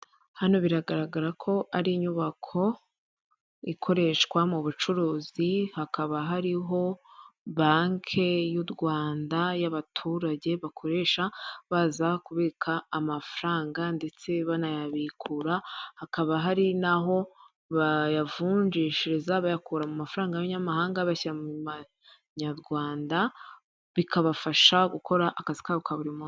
Hano biragaragara ko ari inyubako ikoreshwa mu bucuruzi, hakaba hariho banki y'u Rwanda y'abaturage bakoresha baza kubika amafaranga ndetse banayabikura, hakaba hari n'aho bayavunjishiriza bayakura mu ma amafaranga y'amanyamahanga bashyira mu manyarwanda, bikabafasha gukora akazi kabo ka buri munsi.